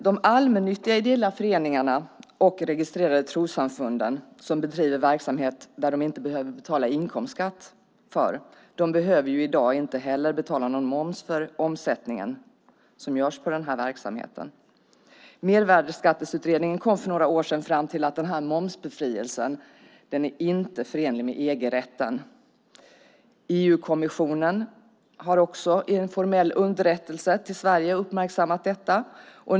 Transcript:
De allmännyttiga ideella föreningarna och de registrerade trossamfunden som bedriver verksamhet där de inte behöver betala inkomstskatt behöver i dag inte heller betala någon moms för den omsättning som görs på verksamheten. Mervärdesskatteutredningen kom för några år sedan fram till att den momsbefrielsen inte är förenlig med EG-rätten. EU-kommissionen har också i en formell underrättelse till Sverige uppmärksammat detta.